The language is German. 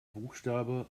buchstabe